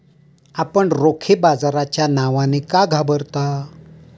आपण रोखे बाजाराच्या नावाने का घाबरता?